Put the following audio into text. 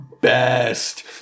Best